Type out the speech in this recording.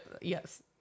yes